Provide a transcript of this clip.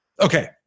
Okay